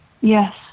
Yes